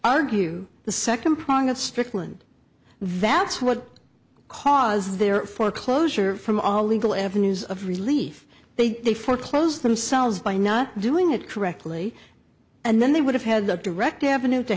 argue the second prong of strickland that's what causes their foreclosure from all legal avenues of relief they they foreclose themselves by not doing it correctly and then they would have had a direct avenue to